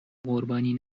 قربانی